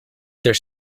there